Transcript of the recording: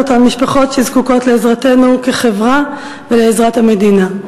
אותן משפחות שזקוקות לעזרתנו כחברה ולעזרת המדינה.